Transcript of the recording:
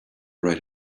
right